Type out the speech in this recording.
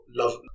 love